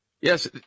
Yes